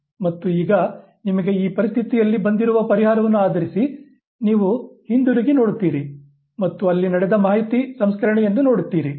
ಮತ್ತು ಈಗ ನಿಮಗೆ ಆ ಪರಿಸ್ಥಿತಿಯಲ್ಲಿ ಬಂದಿರುವ ಪರಿಹಾರವನ್ನು ಆಧರಿಸಿ ನೀವು ಹಿಂತಿರುಗಿ ನೋಡುತ್ತೀರಿ ಮತ್ತು ಅಲ್ಲಿ ನಡೆದ ಮಾಹಿತಿ ಸಂಸ್ಕರಣೆಯನ್ನು ನೋಡುತ್ತೀರಿ